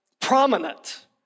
prominent